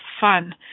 fun